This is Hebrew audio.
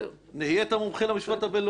נהיית מומחה למשפט הישראלי.